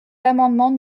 l’amendement